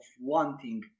wanting